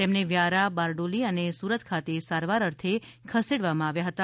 તેમને વ્યારા બારડોલી અને સુરત ખાતે સારવાર અર્થે ખસેડવામાં આવ્યા હતા